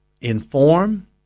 inform